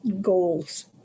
goals